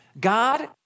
God